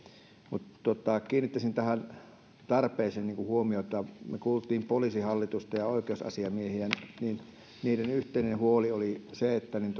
mutta kiinnittäisin tähän tarpeeseen huomiota kun me kuulimme poliisihallitusta ja oikeusasiamiehiä niin niiden yhteinen huoli oli se että